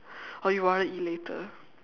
or you rather eat later